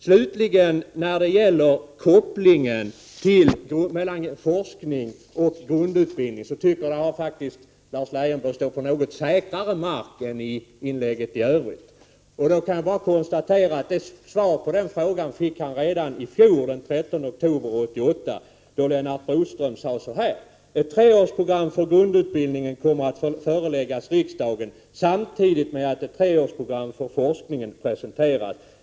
Slutligen när det gäller kopplingen mellan forskning och grundutbildning tycker jag att Lars Leijonborg står på något säkrare mark än för övrigt i inlägget. Jag kan bara konstatera att han fick svar på den frågan redan i fjol, den 13 oktober 1988, då Lennart Bodström sade: ”Ett treårsprogram för grundutbildningen kommer att föreläggas riksda gen samtidigt med att ett treårsprogram för forskningen presenteras.